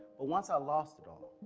but once i lost it all,